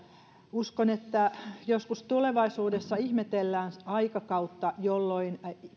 uskon että joskus tulevaisuudessa ihmetellään aikakautta jolloin